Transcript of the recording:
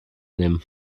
nehmen